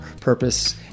purpose